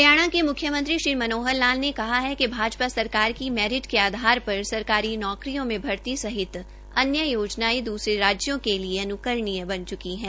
हरियाणा के मुख्यमंत्री श्री मनोहर लाल ने कहा है कि भाजपा सरकार की मैरिट के आधार पर सरकारी नौकरियों में भर्ती सहित अन्य योजनाएं दूसरे राज्यों के लिए रोल मॉडल अनुकरणीय बन चुकी हैं